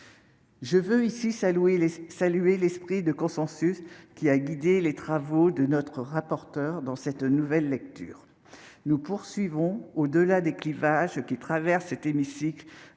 Je veux ici saluer l'esprit de consensus qui a guidé les travaux de notre rapporteur dans cette nouvelle lecture. Au-delà des clivages qui traversent cet hémicycle,